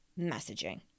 messaging